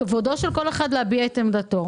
כבודו של כל אחד להביע את עמדתו,